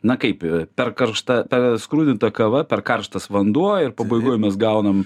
na kaip per karšta ta skrudinta kava per karštas vanduo ir pabaigoj mes gaunam